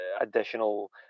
additional